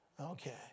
okay